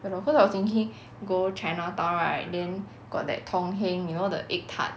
ya lor cause I was thinking go chinatown right then got that tong heng you know the egg tart